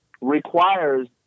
requires